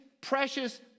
precious